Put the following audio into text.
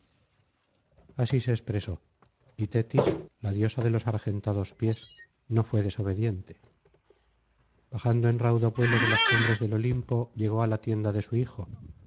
así se expresó y tetis la diosa de los argentados pies no fué desobediente bajando en raudo vuelo de las cumbres del olimpo llegó á la tienda de su hijo